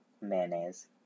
Mayonnaise